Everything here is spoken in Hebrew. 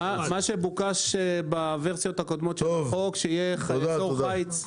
מה שבוקש בוורסיות הקודמות של החוק שיהיה אזור חיץ.